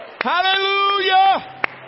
Hallelujah